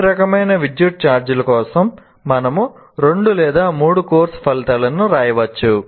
ప్రతి రకమైన విద్యుత్ ఛార్జ్ కోసం మనము రెండు లేదా మూడు కోర్సు ఫలితాలను వ్రాయవచ్చు